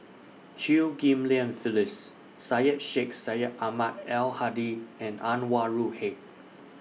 Chew Ghim Lian Phyllis Syed Sheikh Syed Ahmad Al Hadi and Anwarul Haque